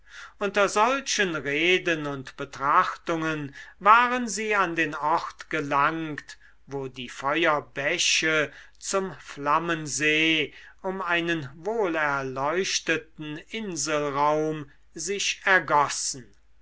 unter solchen reden und betrachtungen waren sie an den ort gelangt wo die feuerbäche zum flammensee um einen wohlerleuchteten inselraum sich ergossen